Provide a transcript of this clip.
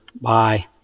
Bye